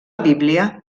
bíblia